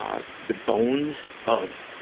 um the bones of,